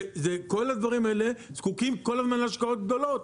הדברים האלו זקוקים כל הזמן להשקעות גדולות,